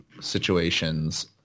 situations